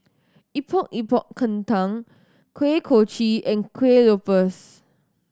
Epok Epok Kentang Kuih Kochi and Kueh Lopes